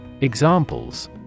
Examples